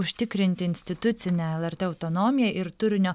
užtikrinti institucinę lrt autonomiją ir turinio